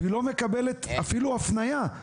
והיא לא מקבלת אפילו הפניה?